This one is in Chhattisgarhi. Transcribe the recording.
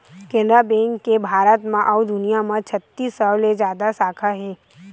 केनरा बेंक के भारत अउ दुनिया म छत्तीस सौ ले जादा साखा हे